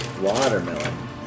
Watermelon